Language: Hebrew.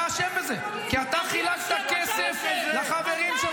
קיצצתי רק כספים קואליציוניים מושחתים שאתה נתת לחברים שלך